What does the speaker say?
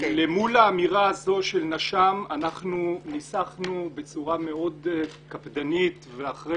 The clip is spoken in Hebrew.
למול האמירה הזאת של נש"מ ניסחנו בצורה קפדנית מאוד ואחרי